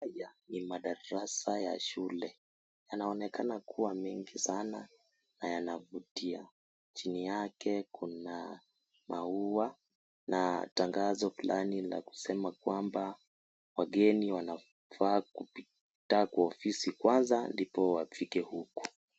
Haya ni madarasa ya shule. Yanaonekana kuwa mengi sana na yanavutia. Chini yake kuna maua na tangazo fulani la kusema kwamba wageni wanafaa kupita kwa office kwanza ndipo wafike huku.